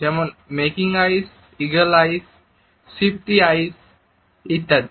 যেমন making eyes eagle eyes shifty eyes ইত্যাদি